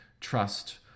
trust